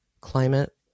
climate